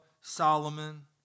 Solomon